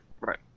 Right